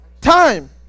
Time